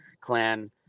clan